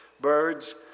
birds